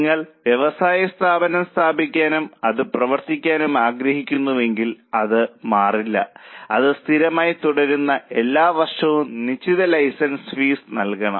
നിങ്ങൾ വ്യവസായസ്ഥാപനം സ്ഥാപിക്കാനും അത് പ്രവർത്തിപ്പിക്കാനും ആഗ്രഹിക്കുന്നുവെങ്കിൽ അത് മാറില്ല അത് സ്ഥിരമായി തുടരുന്ന എല്ലാ വർഷവും നിങ്ങൾ ലൈസൻസ് ഫീസ് നൽകണം